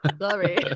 sorry